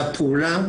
לפעולה